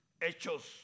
hechos